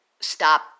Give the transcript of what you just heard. stop